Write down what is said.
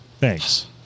Thanks